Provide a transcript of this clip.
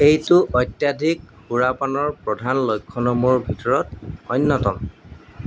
এইটো অত্যধিক সুৰাপানৰ প্ৰধান লক্ষণসমূহৰ ভিতৰত অন্যতম